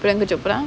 priyanka chopra